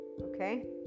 Okay